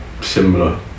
similar